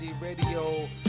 Radio